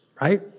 right